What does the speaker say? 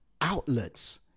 outlets